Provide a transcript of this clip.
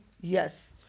Yes